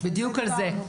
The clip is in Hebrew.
בדיוק על זה.